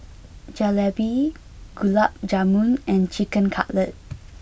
Jalebi Gulab Jamun and Chicken Cutlet